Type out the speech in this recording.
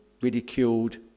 ridiculed